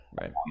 right